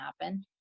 happen